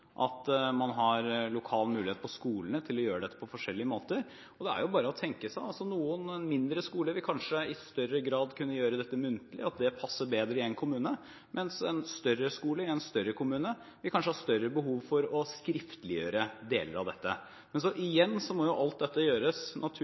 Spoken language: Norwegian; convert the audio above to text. lokal mulighet på skolene til å gjøre dette på forskjellige måter. Man kan jo bare tenke seg: Noen mindre skoler vil kanskje i større grad kunne gjøre dette muntlig, for det passer bedre i én kommune. Mens en større skole i en større kommune vil kanskje ha større behov for å skriftliggjøre deler av dette. Igjen: Man må naturligvis lytte på råd fra lærere og foreldre, og så